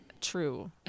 True